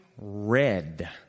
red